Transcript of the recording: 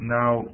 now